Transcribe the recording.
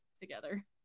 together